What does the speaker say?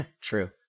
True